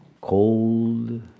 Cold